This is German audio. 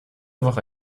woche